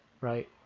right